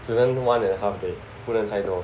只能 one and a half day 不能太多